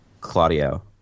Claudio